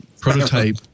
prototype